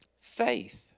Faith